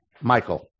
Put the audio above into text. Michael